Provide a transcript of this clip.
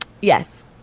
Yes